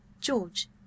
George